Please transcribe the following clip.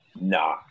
Nah